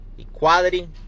Equality